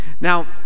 Now